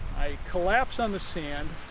i collapse on the sand,